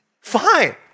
Fine